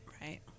Right